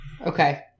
Okay